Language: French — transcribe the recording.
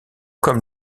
comme